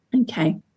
Okay